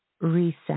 reset